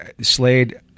Slade